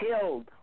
killed